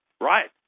Right